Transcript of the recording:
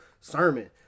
sermon